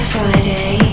Friday